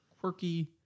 quirky